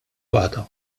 waħda